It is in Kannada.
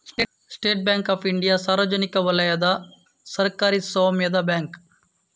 ಸ್ಟೇಟ್ ಬ್ಯಾಂಕ್ ಆಫ್ ಇಂಡಿಯಾ ಸಾರ್ವಜನಿಕ ವಲಯದ ಸರ್ಕಾರಿ ಸ್ವಾಮ್ಯದ ಬ್ಯಾಂಕು